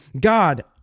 God